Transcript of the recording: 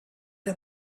der